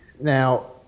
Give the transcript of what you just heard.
Now